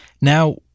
now